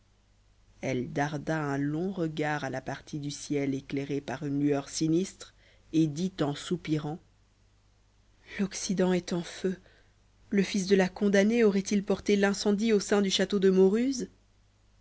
elle darda un long regard à la partie du ciel éclairée par une lueur sinistre et dit en soupirant l'occident est en feu le fils de la condamnée aurait-il porté l'incendie au sein du château de mauruse